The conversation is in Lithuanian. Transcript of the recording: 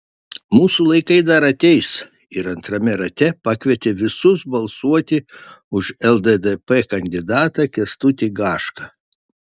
mūsų laikai dar ateis ir antrame rate pakvietė visus balsuoti už lddp kandidatą kęstutį gašką